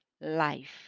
life